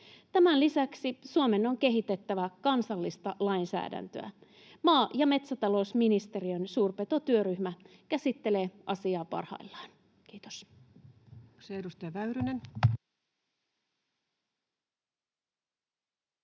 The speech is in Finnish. Tämän lisäksi Suomen on kehitettävä kansallista lainsäädäntöä. Maa- ja metsätalousministeriön suurpetotyöryhmä käsittelee asiaa parhaillaan. — Kiitos.